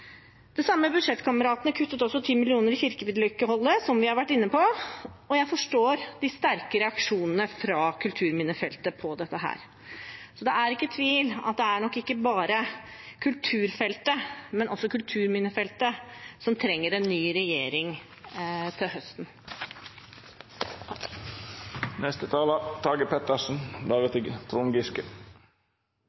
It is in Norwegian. samme budsjettkameratene kuttet også 10 mill. kr i kirkevedlikeholdet, som vi har vært inne på. Jeg forstår de sterke reaksjonene fra kulturminnefeltet på dette. Det er ikke tvil om at det nok ikke bare er kulturfeltet, men også kulturminnefeltet som trenger en ny regjering til